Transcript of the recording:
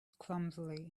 clumsily